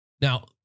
Now